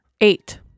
Eight